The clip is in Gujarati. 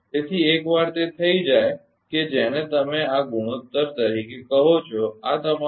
તેથી એકવાર તે થઈ જાય કે જેને તમે આ ગુણોત્તર તરીકે કહો છો તમારો